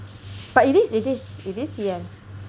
but it is it is it is P_M